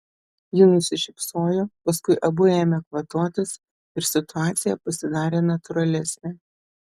ji nusišypsojo paskui abu ėmė kvatotis ir situacija pasidarė natūralesnė